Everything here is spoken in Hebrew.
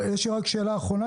יש לנו רק שאלה אחרונה,